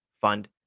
fund